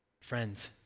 Friends